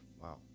Wow